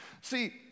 See